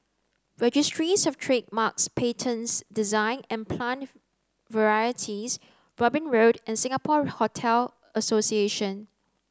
registries Of Trademarks Patents Design and Plant Varieties Robin Road and Singapore Hotel Association